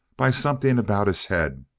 by something about his head,